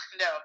No